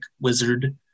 wizard